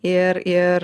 ir ir